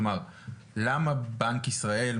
כלומר למה בנק ישראל,